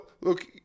look